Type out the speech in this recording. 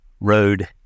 road